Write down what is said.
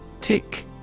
Tick